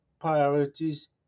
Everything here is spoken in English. priorities